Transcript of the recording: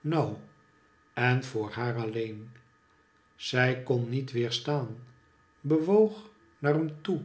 nauw en voor haar alleen zij kon niet weerstaan bewoog naar hem toe